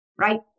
right